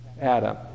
Adam